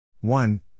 One